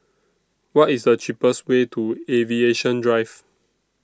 What IS The cheapest Way to Aviation Drive